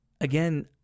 again